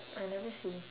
I never see